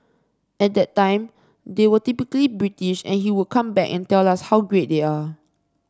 at that time they were typically British and he would come back and tell us how great they are